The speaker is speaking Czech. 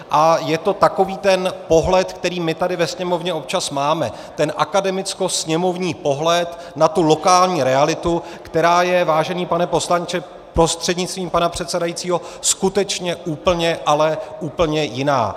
A je to takový ten pohled, který my tady ve Sněmovně občas máme, ten akademickosněmovní pohled na tu lokální realitu, která je, vážený pane poslanče prostřednictvím pana předsedajícího, skutečně úplně, ale úplně jiná.